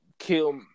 Kill